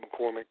McCormick